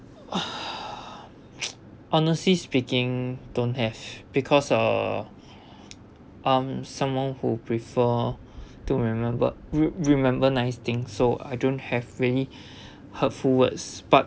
honestly speaking don't have because uh I'm someone who prefer to remember re~ remember nice thing so I don't have really hurtful words but